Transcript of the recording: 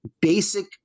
basic